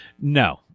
No